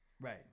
Right